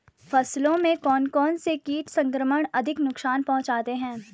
फसलों में कौन कौन से कीट संक्रमण अधिक नुकसान पहुंचाते हैं?